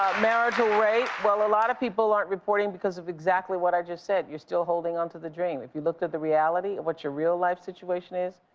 marital rape? well, a lot of people aren't reporting because of exactly what i just said, you're still holding on to the dream. if you look at the reality of what your real-life situation is,